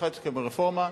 צריכה להתקיים רפורמה.